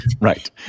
Right